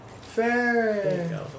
Fair